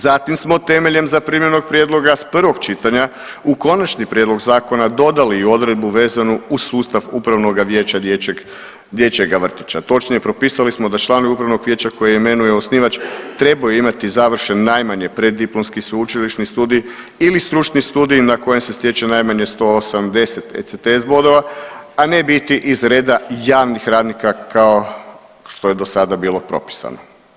Zatim smo temeljem zaprimljenog prijedloga s prvog čitanja, u konačni prijedlog zakona dodali i odredbu vezano uz sustav upravnoga vijeća dječjega vrtića, točnije propisali smo da članovi upravnog vijeća koje imenuje osnivač trebaju imati završen najmanje preddiplomski studij ili stručni studij na kojem se stječe najmanje 180 ESTS bodova, a ne vidi iz reda javnih radnika, kao što je do sada bilo propisano.